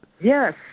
Yes